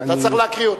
אתה צריך להקריא אותן.